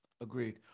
Agreed